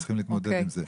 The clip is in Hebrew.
הם צריכים להתמודד איתה.